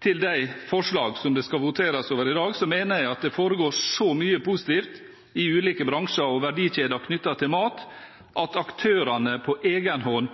til de forslag som det skal voteres over i dag: Jeg mener at det foregår så mye positivt i ulike bransjer og verdikjeder knyttet til mat at aktørene på